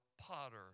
potter